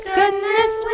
goodness